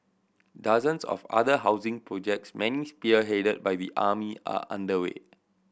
dozens of other housing projects many spearheaded by the army are underway